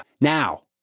Now